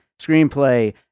screenplay